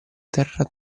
terra